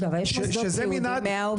אז --- אבל יש מוסדות סיעודיים עם מאה עובדים,